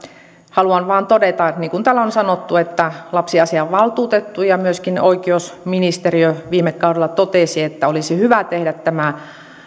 haluan vain todeta niin kuin täällä on sanottu että lapsiasiavaltuutettu ja myöskin oikeusministeriö viime kaudella totesivat että olisi hyvä tehdä tämä